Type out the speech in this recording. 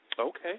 Okay